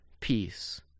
peace